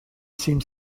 seemed